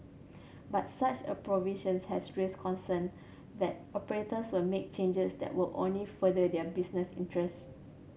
but such a provisions has raised concern that operators will make changes that will only further their business interest